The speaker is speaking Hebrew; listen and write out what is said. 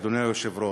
אדוני היושב-ראש,